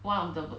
one of the per~